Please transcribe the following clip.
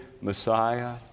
Messiah